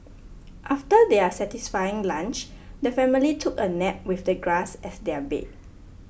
after their satisfying lunch the family took a nap with the grass as their bed